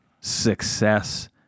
success